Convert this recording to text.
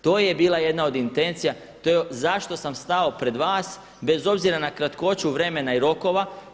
To je bila jedna od intencija zašto sam stao pred vas bez obzira na kratkoću vremena i rokova.